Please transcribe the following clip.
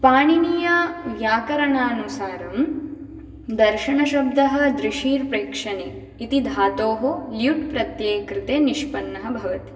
पाणिनीयाव्याकरणानुसारं दर्शनशब्दः दृशिर्प्रेक्षने इति धातोः ल्युट् प्रत्यये कृते निष्पन्नः भवति